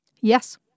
Yes